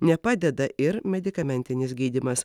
nepadeda ir medikamentinis gydymas